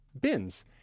bins